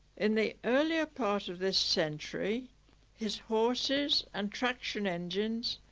in the earlier part of this century his horses and traction engines.